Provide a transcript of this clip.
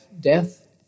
death